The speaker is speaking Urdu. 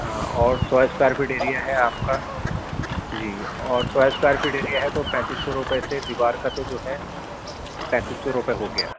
اور سو اسکوائر فیٹ ایریا ہے آپ کا جی اور سو اسکوائر فیٹ ایریا ہے تو پینتس سو روپے سے دیوار کا تو جو ہے پینتس سو روپے ہو گیا